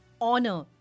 honor